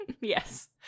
yes